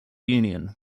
union